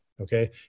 Okay